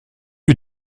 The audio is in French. eut